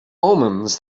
omens